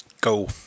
Go